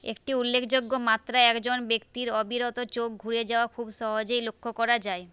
একটি উল্লেখযোগ্য মাত্রায় একজন ব্যক্তির অবিরত চোখ ঘুরে যাওয়া খুব সহজেই লক্ষ্য করা যায়